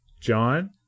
John